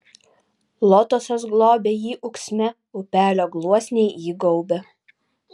lotosas globia jį ūksme upelio gluosniai jį gaubia